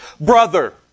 Brother